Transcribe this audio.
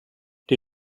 die